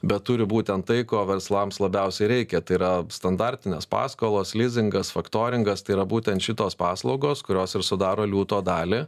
bet turi būtent tai ko verslams labiausiai reikia tai yra standartinės paskolos lizingas faktoringas tai yra būtent šitos paslaugos kurios ir sudaro liūto dalį